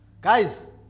Guys